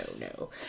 no